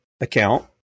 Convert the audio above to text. account